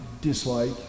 dislike